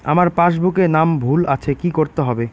আমার পাসবুকে নাম ভুল আছে কি করতে হবে?